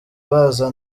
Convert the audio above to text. baza